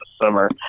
summer